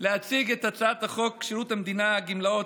להציג את הצעת חוק שירות המדינה (גמלאות)